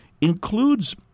includes